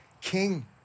king